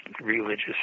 religious